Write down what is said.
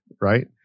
Right